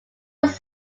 was